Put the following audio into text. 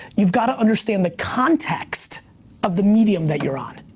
you've gotta understand the context of the medium that you're on.